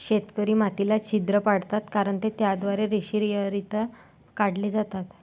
शेतकरी मातीला छिद्र पाडतात कारण ते त्याद्वारे रेषीयरित्या काढले जातात